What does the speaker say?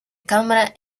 cámara